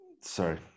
sorry